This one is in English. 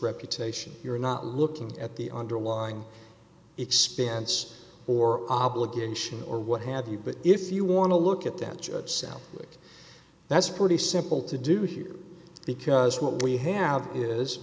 reputation you're not looking at the underlying expense or obligation or what have you but if you want to look at that cell that's pretty simple to do here because what we have is